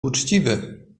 uczciwy